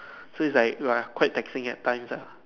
so it's like !wah! quite taxing at times ah